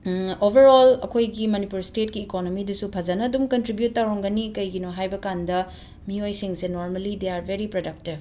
over all ꯑꯈꯣꯏꯒꯤ ꯃꯅꯤꯄꯨꯔ ꯁ꯭ꯇꯦꯠꯀꯤ ꯏꯀꯣꯅꯣꯃꯤꯗꯨꯁꯨ ꯐꯖꯅ ꯗꯨꯝ ꯀꯟꯇ꯭ꯔꯤꯕ꯭ꯌꯨꯠ ꯇꯧꯔꯝꯒꯅꯤ ꯀꯩꯒꯤꯅꯣ ꯍꯥꯏꯕꯀꯥꯟꯗ ꯃꯤꯌꯣꯏꯁꯤꯡꯁꯦ normally they are very productive